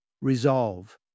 resolve